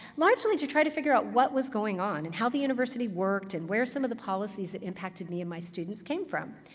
largely to try to figure out what was going on, and how the university worked, and where some of the policies that impacted me and my students came from.